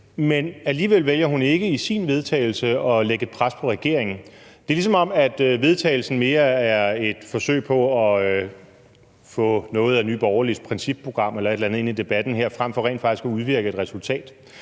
men alligevel vælger hun ikke i sit forslag til vedtagelse at lægge et pres på regeringen. Det er, ligesom om forslaget til vedtagelse mere er et forsøg på at få noget af Nye Borgerliges principprogram eller et eller andet ind i debatten her frem for rent faktisk at udvirke et resultat.